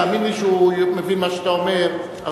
תאמין לי שהוא מבין מה שאתה אומר הרבה